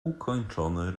ukończony